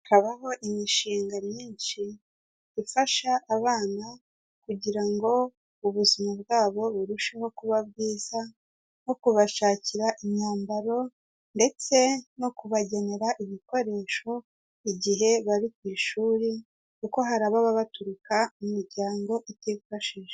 Habaho imishinga myinshi ifasha abana kugira ngo ubuzima bwabo burusheho kuba bwiza, nko kubashakira imyambaro ndetse no kubagenera ibikoresho igihe bari ku ishuri kuko hari ababa baturuka mu miryango itifashije.